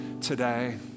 today